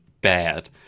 bad